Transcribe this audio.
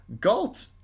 Galt